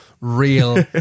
real